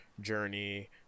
journey